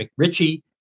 McRitchie